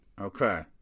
Okay